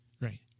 Right